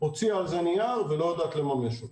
הוציאה על זה נייר ולא יודעת לממש אותו.